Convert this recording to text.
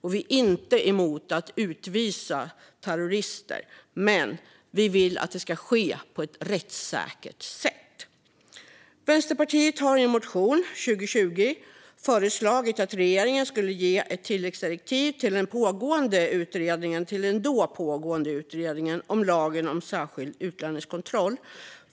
Vi är inte heller emot att utvisa terrorister. Men vi vill att det ska ske på ett rättssäkert sätt. Vänsterpartiet föreslog i en motion 2020 att regeringen skulle ge ett tilläggsdirektiv till den då pågående utredningen om lagen om särskild utlänningskontroll.